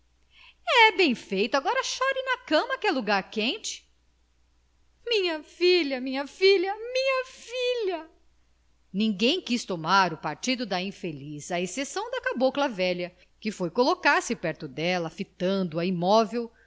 bem feito agora chore na cama que é lugar quente minha filha minha filha minha filha ninguém quis tomar o partido da infeliz à exceção da cabocla velha que foi colocar-se perto dela fitando-a imóvel